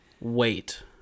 wait